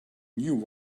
knew